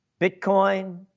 Bitcoin